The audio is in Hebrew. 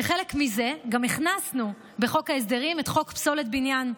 כחלק מזה גם הכנסנו בחוק ההסדרים את חוק פסולת בניין,